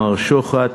מר שוחט.